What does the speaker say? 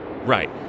Right